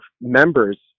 members